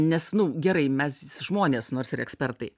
nes nu gerai mes žmonės nors ir ekspertai